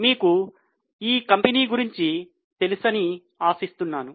మీకు ఈ కంపెనీ గురించి తెలుసని ఆశిస్తున్నాను